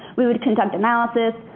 we would conduct analysis,